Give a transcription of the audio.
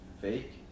fake